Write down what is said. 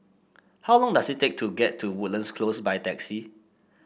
how long does it take to get to Woodlands Close by taxi